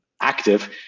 active